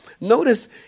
Notice